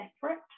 separate